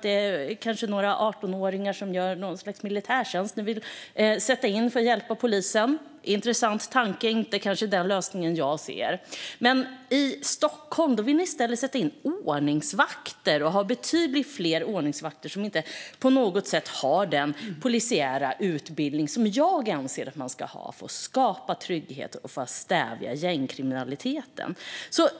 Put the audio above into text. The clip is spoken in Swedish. Det är kanske några 18-åringar som gör något slags militärtjänst som ni vill sätta in för att hjälpa polisen. Det är en intressant tanke. Det är kanske inte den lösningen som jag ser. I Stockholm vill ni i stället sätta in ordningsvakter och ha betydligt fler ordningsvakter som inte på något sätt har den polisiära utbildning som jag anser att man ska ha för att skapa trygghet och stävja gängkriminaliteten.